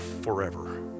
forever